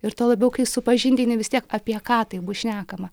ir tuo labiau kai supažindini vis tiek apie ką tai bus šnekama